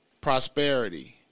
prosperity